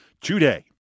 today